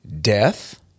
death